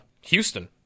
Houston